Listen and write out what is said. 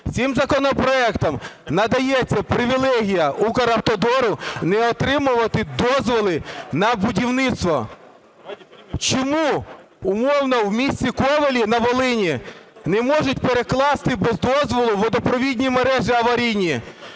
Цим законопроектом надається привілей Укравтодору не отримувати дозволи на будівництво. Чому, умовно, в місті Ковелі на Волині, не можуть перекласти без дозволу водопровідні мережі аварійні?